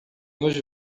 nos